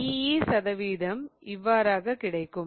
ee சதவீதம் இவ்வாறாக கிடைக்கும்